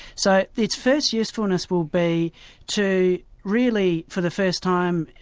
so its first usefulness will be to really for the first time,